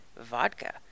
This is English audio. vodka